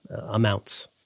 amounts